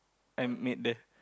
I made there